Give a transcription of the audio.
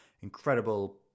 incredible